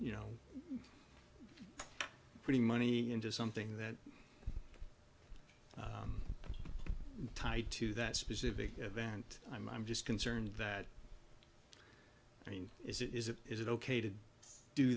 you know putting money into something that tied to that specific event i'm i'm just concerned that i mean is it is it is it ok to do